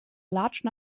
large